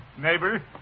neighbor